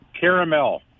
Caramel